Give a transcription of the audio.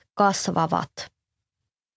kasvavat